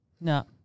No